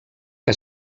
que